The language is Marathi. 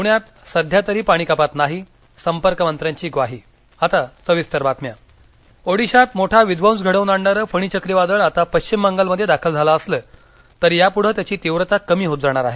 प्रण्यात सध्या तरी पाणी कपात नाही संपर्क मंत्र्यांची ग्वाही फणी ओदिशात मोठा विध्वंस घडवून आणणार फणी चक्रीवादळ आता पश्चिम बंगाल मध्ये दाखल झाल असल तरी यापुढे त्याची तीव्रता कमी होत जाणार आहे